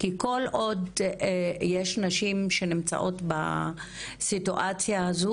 כי כל עוד יש נשים שנמצאות בסיטואציה הזו,